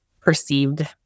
perceived